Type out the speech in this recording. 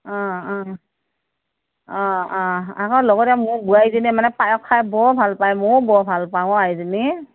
অ অ অ অ আকৌ লগতে মোৰ বোৱাৰীজনীয়ে মানে পায়স খাই বৰ ভাল পায় ময়ো বৰ ভাল পাওঁ অ আইজনী